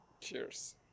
cheers